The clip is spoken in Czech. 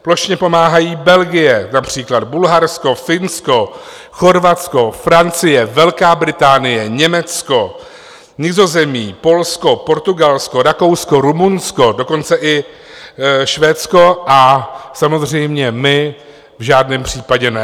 Plošně pomáhají Belgie například, Bulharsko, Finsko, Chorvatsko, Francie, Velká Británie, Německo, Nizozemí, Polsko, Portugalsko, Rakousko, Rumunsko, dokonce i Švédsko, a samozřejmě my v žádném případě ne.